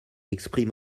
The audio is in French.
exprime